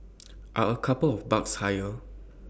are A couple of bucks higher